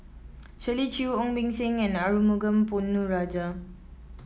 Shirley Chew Ong Beng Seng and Arumugam Ponnu Rajah